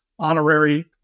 honorary